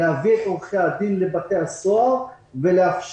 להביא את עורכי הדין לבתי הסוהר ולאפשר